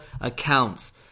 accounts